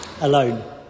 alone